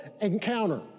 encounter